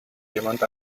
jemand